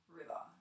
river